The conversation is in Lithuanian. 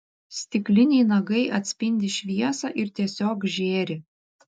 stikliniai nagai atspindi šviesą ir tiesiog žėri